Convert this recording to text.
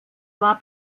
war